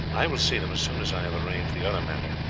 i will see them as soon as i have arranged the other matter.